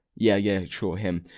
yeah, yeah, sure, him.